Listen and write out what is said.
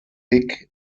thick